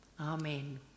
Amen